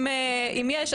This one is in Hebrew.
אם יש,